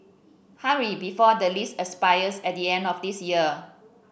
hurry before the lease expires at the end of this year